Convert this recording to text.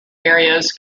areas